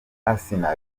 asinah